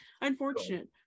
unfortunate